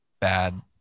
bad